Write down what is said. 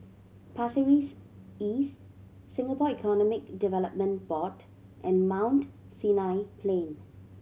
Pasir Ris East Singapore Economic Development Board and Mount Sinai Plain